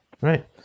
right